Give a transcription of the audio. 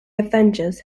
avengers